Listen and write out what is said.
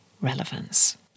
relevance